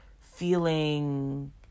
feeling